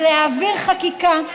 ולהעביר חקיקה,